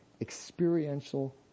experiential